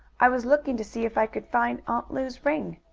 i was looking to see if i could find aunt lu's ring.